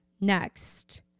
Next